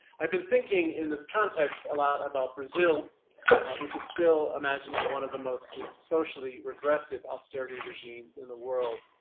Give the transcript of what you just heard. i've been thinking in this context a lot about brazil which is still imagining one of the most socially regressive austerity regimes in the world,